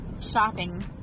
shopping